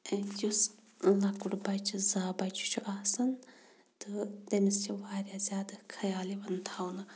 یُس لَکُٹ بَچہٕ زا بَچہٕ چھُ آسان تہٕ تٔمِس چھِ واریاہ زیادٕ خَیال یِوان تھاونہٕ